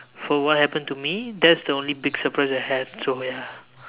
for what happen to me that's the only big surprise I had so ya